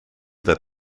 that